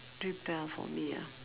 too for me ah